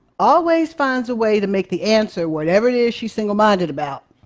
always finds a way to make the answer whatever it is she's single-minded about.